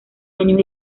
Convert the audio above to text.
años